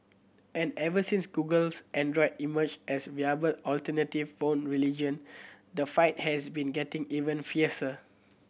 and ever since Google's Android emerged as a viable alternative phone religion the fight has been getting even fiercer